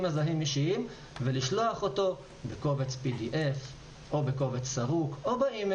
מזהים אישיים ולשלוח אותו בקובץ pdf או בקובץ סרוק או בדואר